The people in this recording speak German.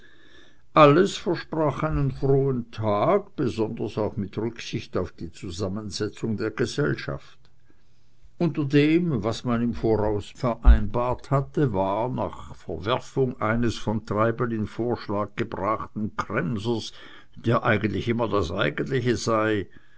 alles versprach einen frohen tag besonders auch mit rücksicht auf die zusammensetzung der gesellschaft unter dem was man im voraus vereinbart hatte war nach verwerfung eines von treibel in vorschlag gebrachten kremsers der immer das eigentliche sei